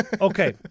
Okay